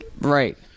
right